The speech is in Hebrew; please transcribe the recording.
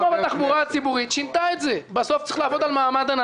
רבתי עם תושבים ורבתי עם רשויות ובסוף ראש רשות אחת לא